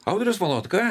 audrius valotka